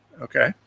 Okay